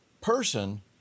person